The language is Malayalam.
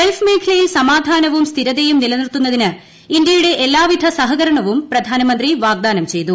ഗൾഫ് മേഖലയിൽ സമാധാനവും സ്ഥിരതയും നിലനിർത്തുന്നതിന് ഇന്ത്യയുടെ എല്ലാവിധ സഹകരണവും പ്രധാനമന്ത്രി വാഗ്ദാനം ചെയ്തു